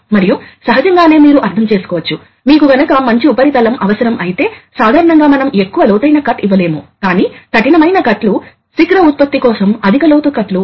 కాబట్టి గాలి మార్గం చూపబడుతుంది గాలి సిలిండర్లోకి ప్రవహిస్తుంది ఇది DCV లేదా డైరెక్షన్ కంట్రోల్ వాల్వ్ నుండి వస్తోంది